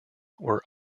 were